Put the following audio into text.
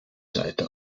seite